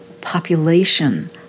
population